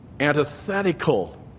antithetical